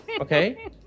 Okay